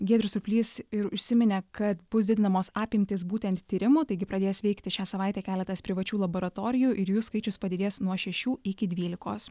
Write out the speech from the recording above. giedrius surplys ir užsiminė kad bus didinamos apimtys būtent tyrimų taigi pradės veikti šią savaitę keletas privačių laboratorijų ir jų skaičius padidės nuo šešių iki dvylikos